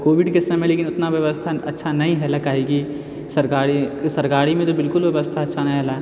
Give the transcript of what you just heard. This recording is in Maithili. कोविडके समय लेकिन उतना बेबस्था अच्छा नहि हलै काहेकि सरकारी सरकारीमे तो बिल्कुल बेबस्था अच्छा नहि हलै